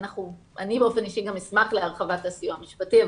ואני באופן אישי גם אשמח להרחבת הסיוע המשפטי,